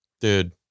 Dude